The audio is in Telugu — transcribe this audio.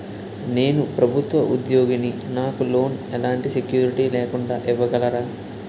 నేను ప్రభుత్వ ఉద్యోగిని, నాకు లోన్ ఎలాంటి సెక్యూరిటీ లేకుండా ఇవ్వగలరా?